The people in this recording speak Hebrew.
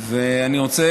ואני רוצה